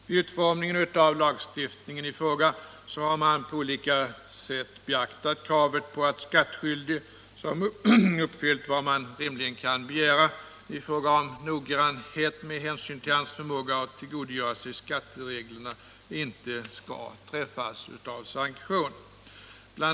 Vid utformningen av lagstiftningen i fråga har man på olika sätt beaktat kravet på att skattskyldig, som uppfyllt vad man rimligen kan begära i fråga om noggrannhet med hänsyn till hans förmåga att tillgodogöra sig skattereglerna, inte skall träffas av sanktion. Bl.